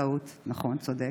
נכון, צודק.